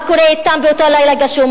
מה קורה אתם באותו לילה גשום?